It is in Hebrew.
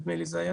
נדמה לי זה היה